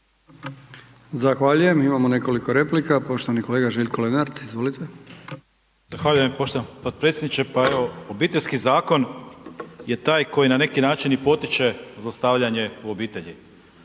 Zahvaljujem. Imamo nekoliko replika, poštovani kolega Željko Lenart, izvolite. **Lenart, Željko (HSS)** Zahvaljujem poštovani potpredsjedniče, pa evo Obiteljski zakon je taj koji na neki način i potiče zlostavljanje u obitelji.